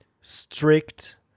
strict